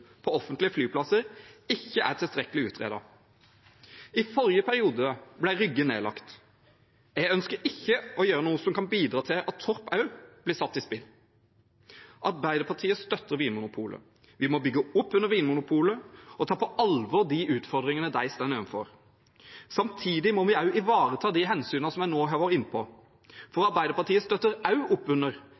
på offentlige flyplasser ikke er tilstrekkelig utredet. I forrige periode ble Moss Lufthavn, Rygge nedlagt. Jeg ønsker ikke å gjøre noe som kan bidra til at Torp også blir satt i spill. Arbeiderpartiet støtter Vinmonopolet. Vi må bygge opp under Vinmonopolet og ta på alvor de utfordringene de står overfor. Samtidig må vi ivareta de hensynene som jeg nå har vært inne på. Arbeiderpartiet støtter også opp under